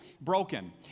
broken